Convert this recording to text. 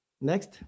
Next